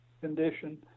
condition